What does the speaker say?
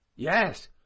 Yes